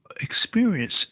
experience